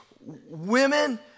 women